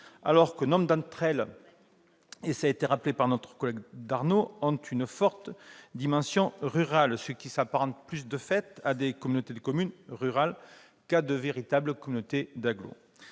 alors que nombre d'entre elles, comme l'a rappelé notre collègue Mathieu Darnaud, ont une forte dimension rurale, ce qui les apparente plus à des communautés de communes rurales qu'à de véritables communautés d'agglomération.